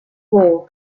four